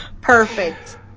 perfect